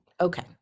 Okay